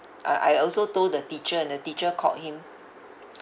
uh I also told the teacher and the teacher called him